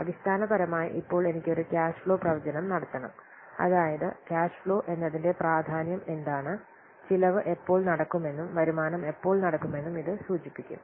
അടിസ്ഥാനപരമായി ഇപ്പോൾ എനിക്ക് ഒരു ക്യാഷ്ഫ്ലോ പ്രവചനം നടത്തണം അതായത് ക്യാഷ്ഫ്ലോ എന്നതിൻറെ പ്രാധാന്യം എന്താണ് ചെലവ് എപ്പോൾ നടക്കുമെന്നും വരുമാനം എപ്പോൾ നടക്കുമെന്നും ഇത് സൂചിപ്പിക്കും